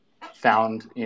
found